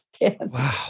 Wow